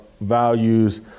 values